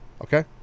okay